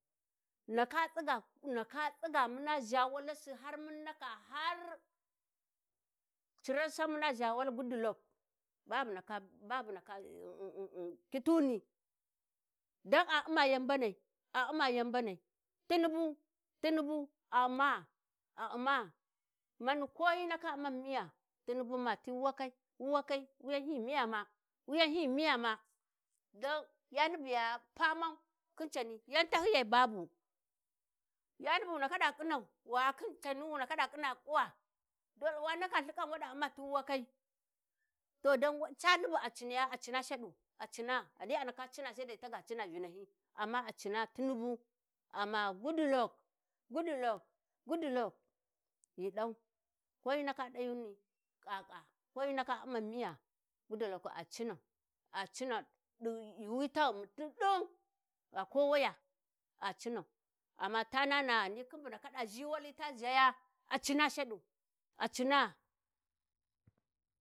﻿Ghi ndaka tsiga ghi ndaka tsiga muna ʒha walasi, har mun ndaka har ciran san muna ʒha walasi, har mun ndaka har ciran san muna ʒha wal Goodluck ba bu ndaka babu ndaka u'mum kituni, dan ai u'ma yan mbnai ai u'ma yan mbanai, Tunibu Tunibu a u'ma a u'ma, mani Ko hyi ndaka u'ma mu miya Tunibu mati wuwakai wuwakai wuyan hyi miya ma, wuyan hyi miya ma, don yani bu ya pamau khin cani yan tahyiyai babu, yani wu ndaka ɗa ƙhinnau wa khin canu wu ndaka ɗa ƙhinna ƙuwa tu wa ndaka lthiƙan wa ɗa u'ma ti wuwakai, to don we cani bu a ciniya a cina shaɗu, a cina ghani, a ndaka cina sai dai ta ga Cina Vinahyi, amma a cina Tunibu amma, Goodluck, Goodluck Goodluck ghi ɗau ko hyi ndaka, ɗayuni ƙaƙa ko hyi ndaka u'man miya Goodluck ai cinau ai cinau ai yuwi ta ghum ti ɗin gha Kowaya, ai cinau amma ta na na ghani khin bu ndaka ɗa ʒhi wali ta ʒhaya a cina shaɗu a cina.